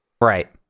right